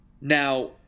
Now